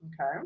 okay